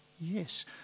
yes